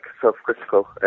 self-critical